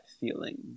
feeling